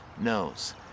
knows